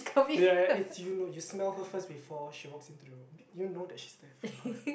ya it's you know you smell her first before she walks into the room you know that she's there from her